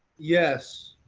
yes,